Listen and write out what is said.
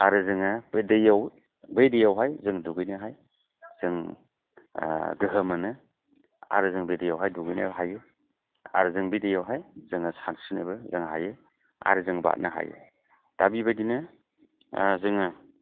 आरो जोङो बे दैआव बै दैआवहाय जों दुगैनोहाय जों गोहो मोनो आरो जों बे दैआवहाय दुगैनो हायो आरो जों बे दैआवहाय जों सानस्रिनोबो जों हायो आरो जों बारनो हायो दा बिबायदिनो जोङो